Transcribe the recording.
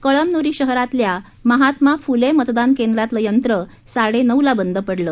कळमन्री शहरातल्या महात्मा फुले मतदान केंद्रातील यंत्र साडे नऊला बंद पडलं